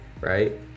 right